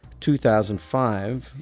2005